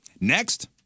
Next